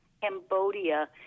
Cambodia